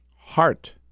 heart